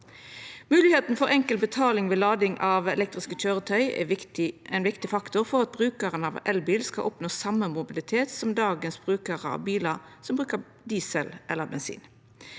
Moglegheita for enkel betaling ved lading av elektriske køyretøy er ein viktig faktor for at brukarane av elbil skal oppnå same mobilitet som dagens brukarar av bilar som brukar diesel eller bensin.